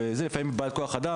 לפעמים יש בעיית כוח אדם,